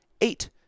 eight